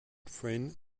friend